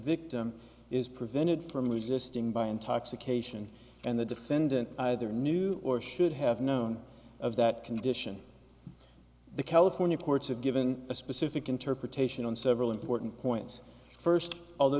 victim is prevented from resisting by intoxication and the defendant either knew or should have known of that condition the california courts have given a specific interpretation on several important points first although